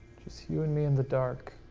just you and me and the dark.